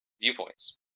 viewpoints